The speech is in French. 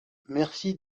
merci